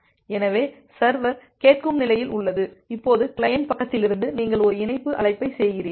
எனவே சர்வர்கேட்கும் நிலையில் உள்ளது இப்போது கிளையன்ட் பக்கத்திலிருந்து நீங்கள் ஒரு இணைப்பு அழைப்பை செய்கிறீர்கள்